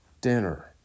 dinner